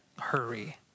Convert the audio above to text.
hurry